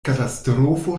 katastrofo